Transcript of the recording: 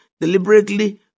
deliberately